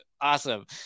Awesome